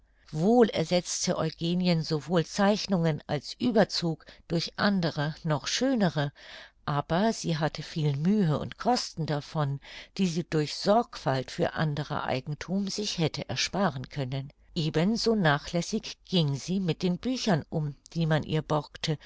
wohl ersetzte eugenie sowohl zeichnungen als ueberzug durch andere noch schönere aber sie hatte viel mühe und kosten davon die sie durch sorgfalt für anderer eigenthum sich hätte ersparen können eben so nachlässig ging sie mit den büchern um die man ihr borgte